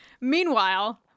Meanwhile